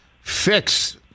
fix